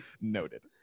Noted